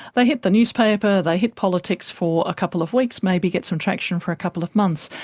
they hit the newspaper, they hit politics for a couple of weeks, maybe get some traction for a couple of months,